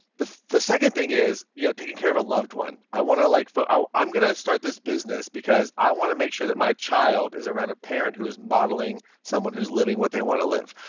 the the second thing is yeah taking care of a loved one. i want to, like so i'm going to start this business because i want to make sure that my child is around a parent who is modeling someone who's living what they want to live.